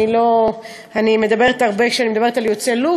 כשאני מדברת על יוצאי לוב,